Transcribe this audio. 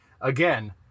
again